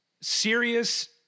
serious